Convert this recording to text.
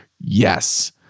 yes